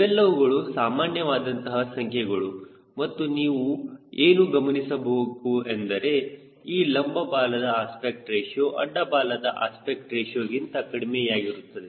ಇವೆಲ್ಲವುಗಳು ಸಾಮಾನ್ಯ ವಾದಂತಹ ಸಂಖ್ಯೆಗಳು ಮತ್ತು ನೀವು ಏನು ಗಮನಿಸಬೇಕು ಎಂದರೆ ಈ ಲಂಬ ಬಾಲದ ಅಸ್ಪೆಕ್ಟ್ ರೇಶಿಯೋ ಅಡ್ಡ ಬಾಲದ ಅಸ್ಪೆಕ್ಟ್ ರೇಶಿಯೋಗಿಂತ ಕಡಿಮೆಯಾಗಿರುತ್ತದೆ